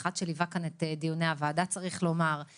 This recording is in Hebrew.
אדם שליווה את דיוני הוועדה במקצועיות,